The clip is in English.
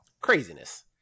Craziness